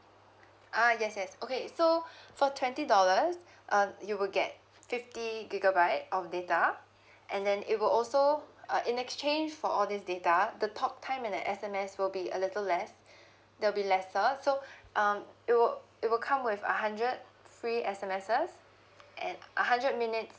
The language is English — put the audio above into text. uh yes yes okay so for twenty dollars uh you will get fifty gigabyte of data and then it will also uh in exchange for all these data the talk time and the S_M_S will be a little less there'll be lesser so um it will it will come with a hundred free S_M_S and a hundred minutes